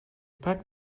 packed